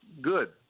good